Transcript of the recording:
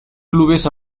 clubes